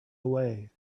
away